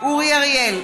אורי אריאל,